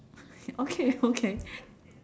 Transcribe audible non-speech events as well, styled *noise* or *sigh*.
*laughs* okay okay